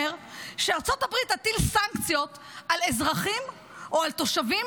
שארצות הברית תטיל סנקציות על אזרחים או על תושבים